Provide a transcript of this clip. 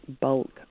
bulk